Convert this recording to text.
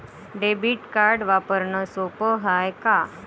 Debit card वापरणं सोप हाय का?